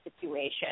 situation